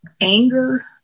anger